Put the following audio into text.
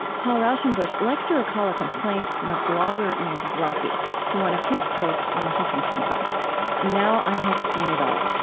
paul raushenbush likes to recall a complaint from a blogger named grumpy to one of his posts on the huffington post now i have seen it all,